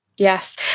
Yes